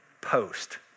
post